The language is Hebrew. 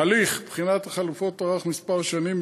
הליך בחינת החלופות נמשך כמה שנים,